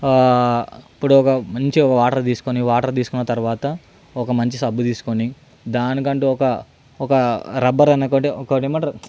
ఇప్పుడు ఒక మంచిగా వాటర్ తీసుకొని వాటర్ తీసుకున్న తర్వాత ఒక మంచి సబ్బు తీసుకొని దానికంటూ ఒక ఒక రబ్బర్ అనేది దాన్ ఏమంటారు